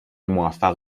موفق